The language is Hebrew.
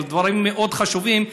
דברים מאוד חשובים,